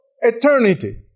eternity